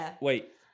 wait